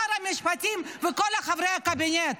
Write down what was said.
שר המשפטים וכל חברי הקבינט.